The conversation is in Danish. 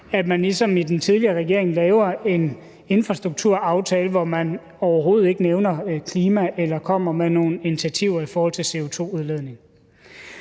at man ligesom i den tidligere regering laver en infrastrukturaftale, hvor man overhovedet ikke nævner klima eller kommer med nogle initiativer i forhold til CO2-udledning.